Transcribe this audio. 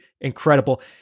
incredible